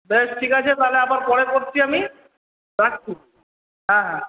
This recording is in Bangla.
ব্যাস ঠিক আছে তাহলে আবার পরে করছি আমি রাখছি হ্যাঁ